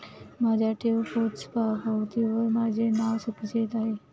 माझ्या ठेव पोचपावतीवर माझे नाव चुकीचे येत आहे